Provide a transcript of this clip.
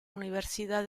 universidad